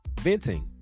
venting